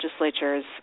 legislatures